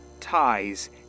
ties